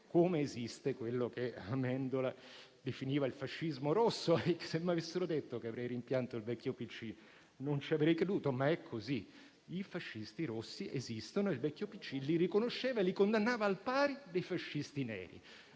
come esiste quello che Amendola definiva il "fascismo rosso". Se mi avessero detto che avrei rimpianto il vecchio PC, non ci avrei creduto, ma è così: i fascisti rossi esistono e il vecchio PC li riconosceva e li condannava al pari dei fascisti neri.